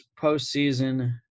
postseason